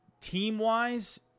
team-wise